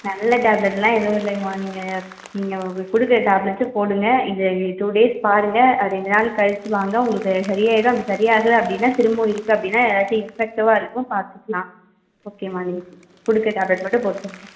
நல்ல டேப்லெட்லாம் எதுவும் இல்லைங்கம்மா நீங்கள் நீங்கள் உங்களுக்கு கொடுக்குற டேப்லெட்டை போடுங்கள் இது டூ டேஸ் பாருங்கள் அது ரெண்டு நாள் கழிச்சு வாங்க உங்களுக்கு அது சரி ஆயிடும் அப்படி சரியாகல அப்படின்னா திரும்பவும் இருக்கு அப்படின்னா எதாச்சும் இன்ஃபெக்ட்டிவாக இருக்கும் பார்த்துக்கலாம் ஓகேம்மா நீங்கள் கொடுக்குற டேப்லெட் மட்டும் போட்டுக்குங்க